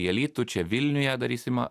į alytų čia vilniuje darysim